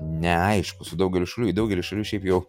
neaišku su daugeliu šalių į daugelį šalių šiaip jau